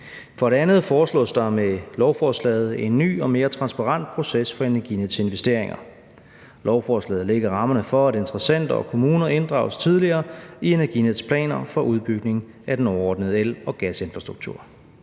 For det andet foreslås der med lovforslaget en ny og mere transparent proces for Energinets investeringer. Lovforslaget lægger rammerne for, at interessenter og kommuner inddrages tidligere i Energinets planer for udbygning af den overordnede el- og gasinfrastruktur.